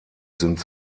sind